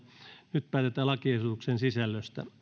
nyt päätetään lakiehdotusten sisällöstä